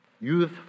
Youth